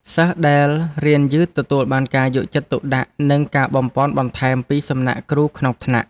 សិស្សដែលរៀនយឺតទទួលបានការយកចិត្តទុកដាក់និងការបំប៉នបន្ថែមពីសំណាក់គ្រូក្នុងថ្នាក់។